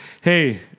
hey